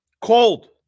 Cold